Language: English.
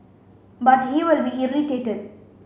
but he will be irritated